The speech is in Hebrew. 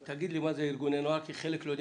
תגיד לי מה זה ארגוני נוער כי חלק לא יודעים.